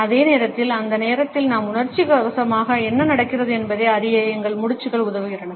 அதே நேரத்தில் அந்த நேரத்தில் நாம் உணர்ச்சிவசமாக என்ன நடக்கிறது என்பதை அறிய எங்கள் முடிச்சுகள் உதவுகின்றன